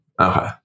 Okay